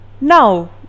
Now